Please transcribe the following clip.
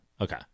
Okay